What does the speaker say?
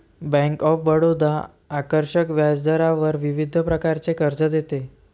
bank of Baroda आकर्षक व्याजदरावर विविध प्रकारचे कर्ज देते